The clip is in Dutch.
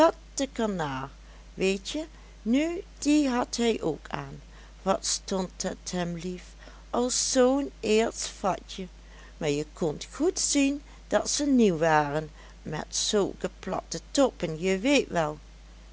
canard weetje nu die had hij ook aan wat stond het hem lief als zoo'n eerst fatje maar je kondt goed zien dat ze nieuw waren met zulke platte toppen je weet wel